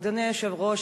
אדוני היושב-ראש,